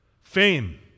Fame